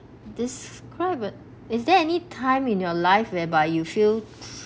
describe it is there any time in your life whereby you feel